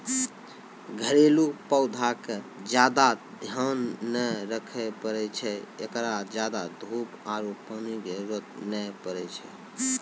घरेलू पौधा के ज्यादा ध्यान नै रखे पड़ै छै, एकरा ज्यादा धूप आरु पानी के जरुरत नै पड़ै छै